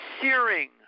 searing